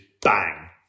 bang